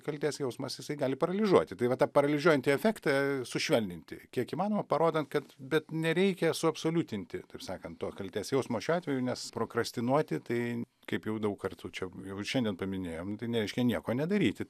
kaltės jausmas jisai gali paralyžuoti tai va tą paralyžiuojantį efektą sušvelninti kiek įmanoma parodant kad bet nereikia suabsoliutinti taip sakant to kaltės jausmo šiuo atveju nes prokrastinuoti tai kaip jau daug kartų čia jau ir šiandien paminėjom nu tai nereiškia nieko nedaryti